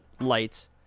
lights